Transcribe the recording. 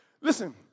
Listen